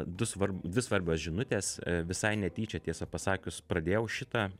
du svar dvi svarbios žinutės visai netyčia tiesą pasakius pradėjau šitą